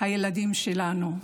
הילדים שלנו.